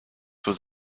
was